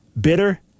bitter